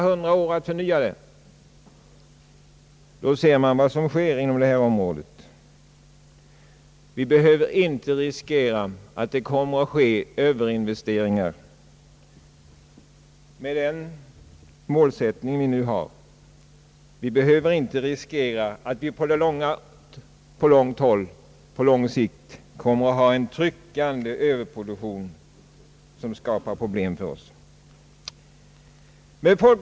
Härav ser man vad som sker på detta område. Vi behöver inte riskera att det kommer att bli överinvesteringar med den målsättning vi nu har. Vi behöver inte riskera att på lång sikt få en tryckande överproduktion som skapar problem för oss.